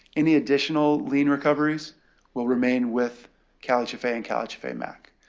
any additional lien recoveries will remain with calhfa and calhfa mac.